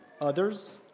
others